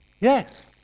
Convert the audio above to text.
yes